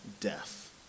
death